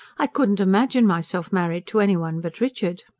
i couldn't imagine myself married to anyone but richard.